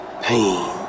Pain